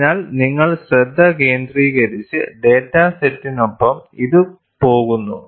അതിനാൽ നിങ്ങൾ ശ്രദ്ധ കേന്ദ്രീകരിച്ച ഡാറ്റ സെറ്റിനൊപ്പം ഇത് പോകുന്നു